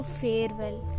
farewell